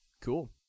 Cool